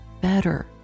better